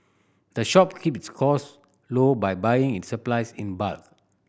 the shop keep its cost low by buying its supplies in bulk